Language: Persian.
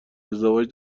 ازدواج